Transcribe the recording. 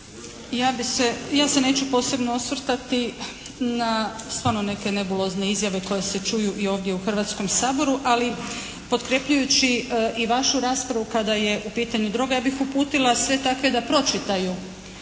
ja se neću posebno osvrtati na stvarno neke nebulozne izjave koje se čuju i ovdje u Hrvatskom saboru ali potkrepljujući i vašu raspravu kada je u pitanju droga ja bih uputila sve takve da pročitaju